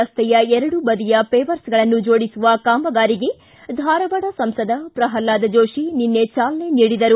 ರಸ್ತೆಯ ಎರಡು ಬದಿಯ ಪೇರ್ಸ್ಗಳನ್ನು ಜೋಡಿಸುವ ಕಾಮಗಾರಿಗೆ ಧಾರವಾಡ ಸಂಸದ ಪ್ರಹ್ಲಾದ್ ಜೋಶಿ ನಿನ್ನೆ ಚಾಲನೆ ನೀಡಿದರು